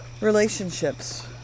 relationships